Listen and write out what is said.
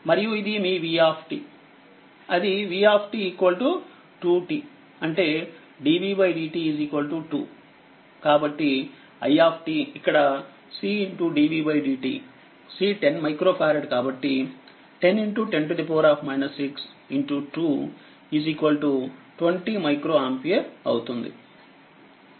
కాబట్టి i ఇక్కడCdvdt C 10 micro farad కాబట్టి 1010 62 20 మైక్రో ఆంపియర్ అవుతుంది